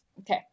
okay